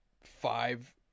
five